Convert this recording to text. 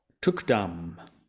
Tukdam